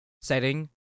setting